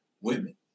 women